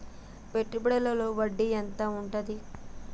పెట్టుబడుల లో వడ్డీ ఎంత ఉంటది?